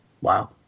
Wow